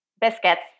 biscuits